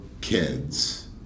kids